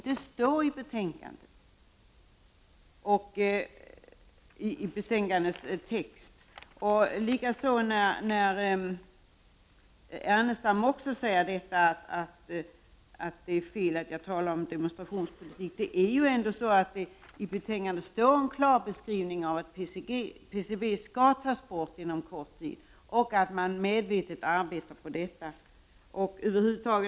Lars Ernestam säger också att det är fel att jag talar om demonstrationspolitik. Men det är ju ändå så att det i betänkandet klart står att PVCi förpackningar ska tas bort inom kort och att man medvetet arbetar för detta.